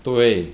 对